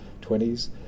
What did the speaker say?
20s